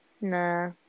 nah